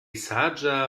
saĝa